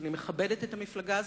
אני מכבדת את המפלגה הזאת,